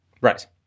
Right